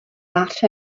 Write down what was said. that